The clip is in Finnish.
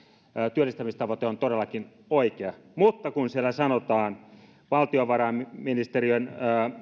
työllistämistavoite on todellakin oikea mutta kun siellä valtiovarainministeriön